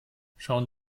schauen